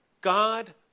God